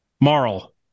Marl